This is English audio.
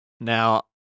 Now